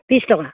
ত্ৰিছ টকা